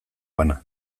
bana